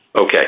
Okay